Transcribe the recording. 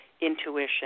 intuition